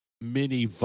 mini